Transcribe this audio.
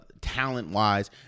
talent-wise